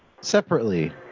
Separately